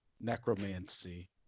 Necromancy